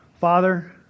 Father